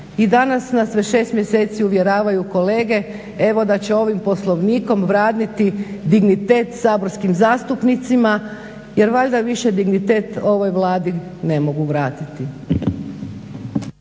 I danas nas već 6 mjeseci uvjeravaju kolege evo da će ovim Poslovnikom vratiti dignitet saborskim zastupnicima jer valjda više dignitet ovoj Vladi ne mogu vratiti.